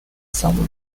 some